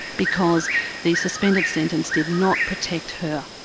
because the suspended sentence did not protect her.